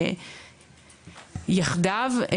יחדיו.